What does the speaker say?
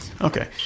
Okay